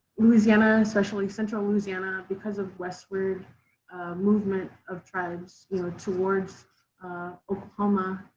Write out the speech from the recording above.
louisiana, especially central louisiana because of westward movement of tribes, you know, towards oklahoma,